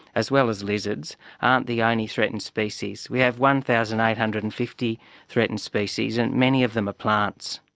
as well as lizards, aren't the only threatened species. we have one thousand eight hundred and fifty threatened species and many of them are ah plants.